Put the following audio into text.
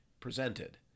presented